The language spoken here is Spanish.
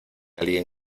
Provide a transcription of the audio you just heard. alguien